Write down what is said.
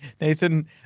Nathan